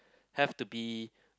have to be